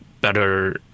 better